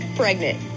pregnant